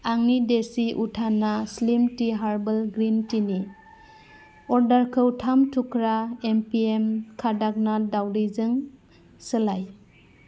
आंनि देसि उथाना slim tea herbal green tea नि अर्डारखौ थाम थुख्रा एम पि एम कादाखनाथ दावदैजों सोलाय